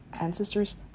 ancestors